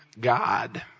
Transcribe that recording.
God